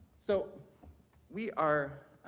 so we are